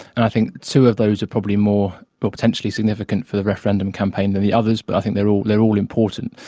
and i think two of those are probably more but potentially significant for the referendum campaign than the others, but i think they are all important.